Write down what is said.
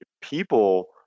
people